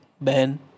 Ben